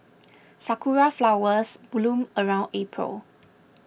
sakura flowers bloom around April